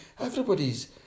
Everybody's